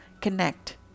connect